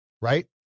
right